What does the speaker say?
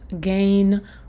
gain